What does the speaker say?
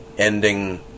Ending